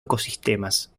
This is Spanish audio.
ecosistemas